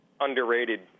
underrated